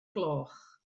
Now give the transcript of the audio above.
gloch